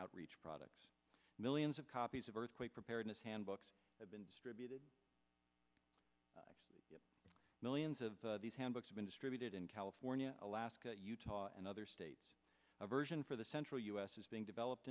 outreach products millions of copies of earthquake preparedness handbook have been distributed millions of these handbooks been distributed in california alaska utah and other states a version for the central u s is being developed